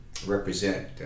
represent